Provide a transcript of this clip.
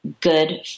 good